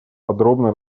подробно